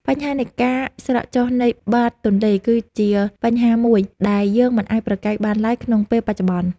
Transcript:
បញ្ហានៃការស្រកចុះនៃបាតទន្លេគឺជាបញ្ហាមួយដែលយើងមិនអាចប្រកែកបានឡើយក្នុងពេលបច្ចុប្បន្ន។